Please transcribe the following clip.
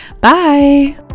Bye